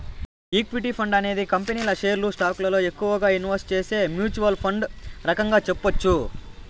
equity fund అనేది కంపెనీల షేర్లు స్టాకులలో ఎక్కువగా ఇన్వెస్ట్ చేసే మ్యూచ్వల్ ఫండ్ రకంగా చెప్పొచ్చు